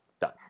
done